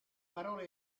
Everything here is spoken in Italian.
parole